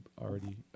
already